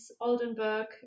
Oldenburg